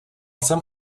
jsem